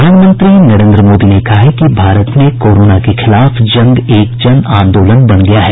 प्रधानमंत्री नरेंद्र मोदी ने कहा है कि भारत में कोरोना के खिलाफ जंग एक जन आंदोलन बन गया है